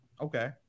Okay